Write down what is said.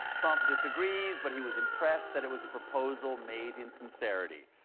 trump disagrees, but he was impressed that it was a proposal made in sincerity.